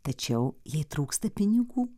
tačiau jai trūksta pinigų